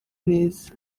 neza